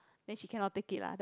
then she cannot take it lah